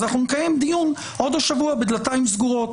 אז אנחנו נקיים דיון עוד השבוע בדלתיים סגורות,